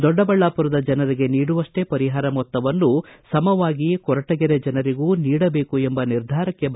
ದೊಡ್ಡಬಳ್ಳಾಪುರದ ಜನರಿಗೆ ನೀಡುವಷ್ಸೇ ಪರಿಹಾರ ಮೊತ್ತವನ್ನು ಸಮವಾಗಿ ಕೊರಟಗೆರೆ ಜನರಿಗೂ ನೀಡಬೇಕು ಎಂಬ ನಿರ್ಧಾರಕ್ಕೆ ಬರಲಾಗಿದೆ